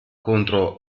contro